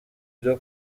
byo